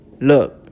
look